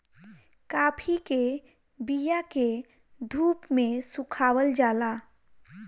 काफी के बिया के धूप में सुखावल जाला